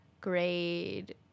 grade